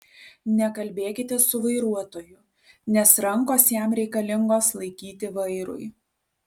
nekalbėkite su vairuotoju nes rankos jam reikalingos laikyti vairui